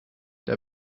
der